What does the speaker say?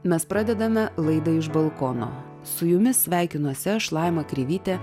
mes pradedame laidą iš balkono su jumis sveikinuosi aš laima kreivytė